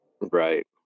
Right